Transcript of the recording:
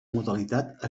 modalitat